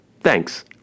thanks